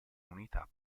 unità